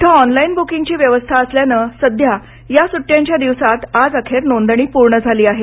इथं ऑनलाईन बुकींगची व्यवस्था असल्याने सध्या या सुट्यांच्या दिवसात आजअखेर नोंदणी पूर्ण झाली आहे